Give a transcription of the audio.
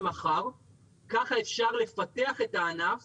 ככה אפשר לפתח את הענף